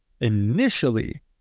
initially